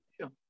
Sure